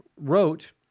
wrote